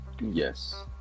yes